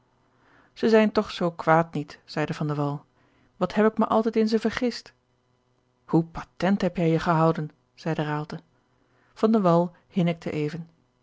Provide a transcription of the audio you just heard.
zij zijn toch zoo kwaad niet zeide van de wall wat heb ik mij altijd in ze vergist hoe patent heb jij je gehouden zeide raalte van